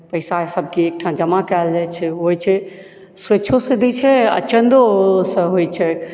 पैसा सभके एकठाम जमा कयल जाइत छैक होइत छै स्वेक्षोसँ दैत छै आओर चन्दोसँ होइत छै